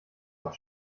auch